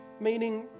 meaning